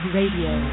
Radio